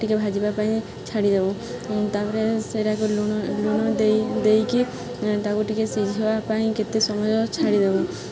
ଟିକେ ଭାଜିବା ପାଇଁ ଛାଡ଼ି ଦବୁ ତା'ପରେ ସେଇଟାକୁ ଲୁଣ ଲୁଣ ଦେଇ ଦେଇକି ତାକୁ ଟିକେ ସିଝିବା ପାଇଁ କେତେ ସମୟ ଛାଡ଼ିଦବୁ